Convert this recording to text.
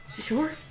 Sure